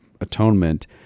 atonement